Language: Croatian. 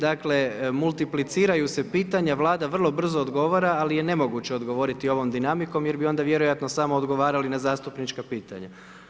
Dakle multipliciraju se pitanja, Vlada vrlo brzo odgovara ali je nemoguće odgovoriti ovom dinamikom jer bi onda vjerojatno samo odgovarali na zastupnička pitanja.